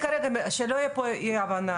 שלא יהיה פה אי הבנה,